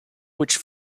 which